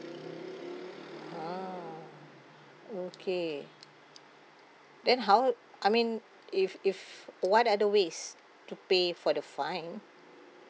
!huh! okay then how I mean if if what other ways to pay for the fine